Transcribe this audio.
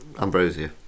Ambrosia